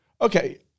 Okay